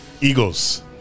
Eagles